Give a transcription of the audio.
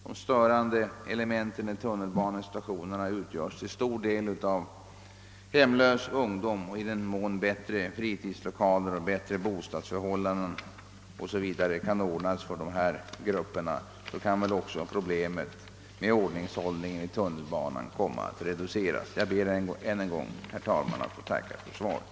De störande elementen i tunnelbanestationerna utgörs till stor del av hemlös ungdom. I den mån bättre fritidslokaler, bättre bostadsförhållanden o.s.v. kan ordnas för dessa grupper, kan väl också problemet med ordningshållningen i tunnelbanan komma att reduceras. Jag ber än en gång, herr talman, att få tacka för svaret.